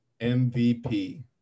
MVP